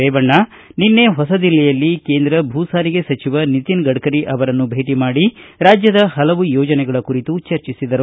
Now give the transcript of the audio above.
ರೇವಣ್ಣ ನಿನ್ನೆ ಹೊಸದಿಲ್ಲಿಯಲ್ಲಿ ಕೇಂದ್ರ ಭೂಸಾರಿಗೆ ಸಚಿವ ನಿತಿನ್ ಗಡ್ಡರಿ ಅವರನ್ನು ಭೇಟಿ ಮಾಡಿ ರಾಜ್ಯದ ಹಲವು ಯೋಜನೆಗಳ ಕುರಿತು ಚರ್ಚಿಸಿದರು